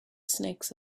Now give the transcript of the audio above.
snakes